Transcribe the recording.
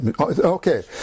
Okay